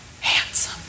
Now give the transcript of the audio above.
handsome